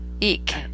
eek